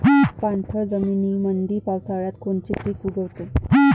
पाणथळ जमीनीमंदी पावसाळ्यात कोनचे पिक उगवते?